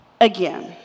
again